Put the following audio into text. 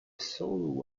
solo